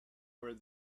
where